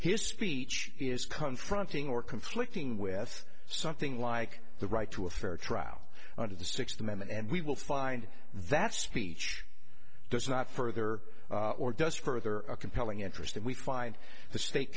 his speech is confronting or conflicting with something like the right to a fair trial under the sixth amendment and we will find that speech does not further or does further a compelling interest that we find the state